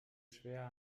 schwer